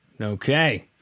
Okay